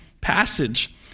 passage